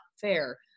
fair